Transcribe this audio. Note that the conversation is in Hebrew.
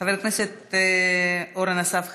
חבר הכנסת אורן אסף חזן,